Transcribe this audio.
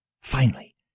Finally